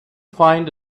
find